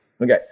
Okay